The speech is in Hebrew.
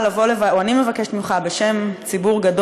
קודם כול